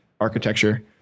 architecture